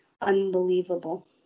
unbelievable